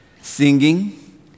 singing